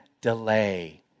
delay